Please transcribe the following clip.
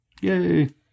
yay